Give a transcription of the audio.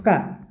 కుక్క